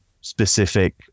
specific